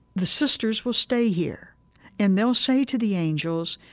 the sisters will stay here and they'll say to the angels,